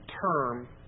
term